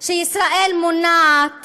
שישראל מונעת